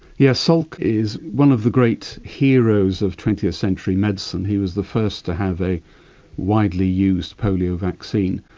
yes, salk is one of the great heroes of twentieth century medicine. he was the first to have a widely used polio vaccine.